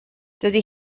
dydy